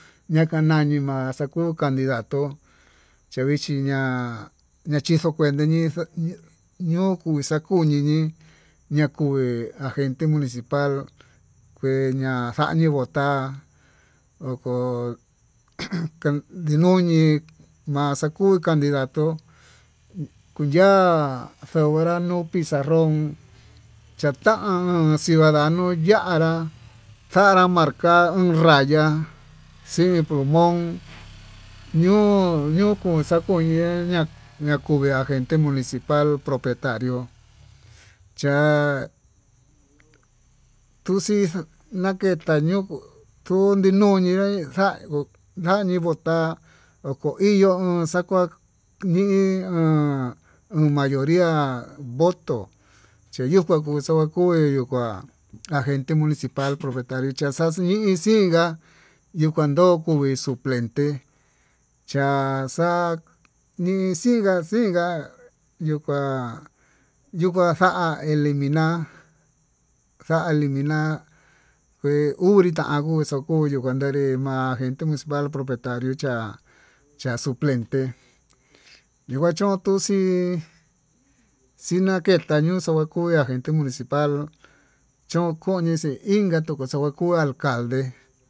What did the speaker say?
Ñakanani ma'a xa kuu cantidato ñavachi ña'a nakuu xukuente ñí, ñoo kuu takunini ñakui agente municipal ke ña'a xañi vota'a oko ujun ndinuñi, ma'a xakuu cantidató ya'a febrano'o pizarón chayan ciudadano yianrá kanra marcar uun raya xi'i kunjun ñuu ñuu xakuu ñe'e ñá ña kuu vee agente municipal propietario chá tuxhí naketa ñoo tunii nruñi xa'nguó, xañivota oko iño uun xakuañi ón ho mayoria voto chiyuka yukuu yuye yuu kuá agente municipal, kanricha xaxhí xii xinnguá yuu kandó kuu kue suplenté cha'a xa'a nixinga xinga ñuu kuá yuu kua xa'a eleminá xa'a elemina kué unrika angoxo kuyuu kandé, ma'a agente municipal propietarió cha'a cha'a suplente yuu kuachón tuxii xinaketé yuuxu ñakuá agente municipal chón kunixi inka toko xavakuu alcalde.